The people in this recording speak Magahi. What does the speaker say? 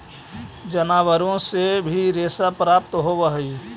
जनावारो से भी रेशा प्राप्त होवऽ हई